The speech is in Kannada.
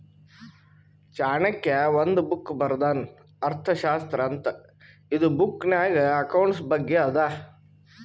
ಚಾಣಕ್ಯ ಒಂದ್ ಬುಕ್ ಬರ್ದಾನ್ ಅರ್ಥಶಾಸ್ತ್ರ ಅಂತ್ ಇದು ಬುಕ್ನಾಗ್ ಅಕೌಂಟ್ಸ್ ಬಗ್ಗೆ ಅದಾ